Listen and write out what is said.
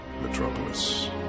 Metropolis